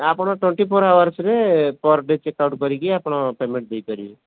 ଆପଣ twenty four ଆୱାର୍ସ୍ରେ per day check out କରିକି ଆପଣ ପେମେଣ୍ଟ ଦେଇପାରିବେ